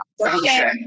Okay